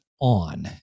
on